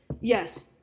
Yes